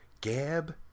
Gab